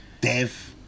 Dev